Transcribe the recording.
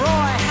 Roy